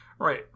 Right